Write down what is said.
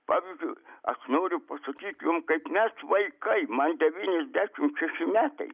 pavyzdžiui aš noriu pasakyti jums kaip mes vaikai man devyniasdešimt šeši metai